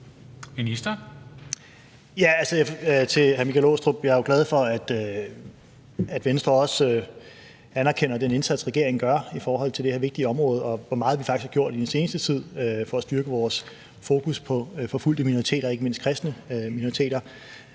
jo er glad for, at Venstre også anerkender den indsats, regeringen gør på det her vigtige område, og hvor meget vi faktisk har gjort i den seneste tid for at styrke vores fokus på forfulgte minoriteter, ikke mindst kristne minoriteter,